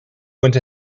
went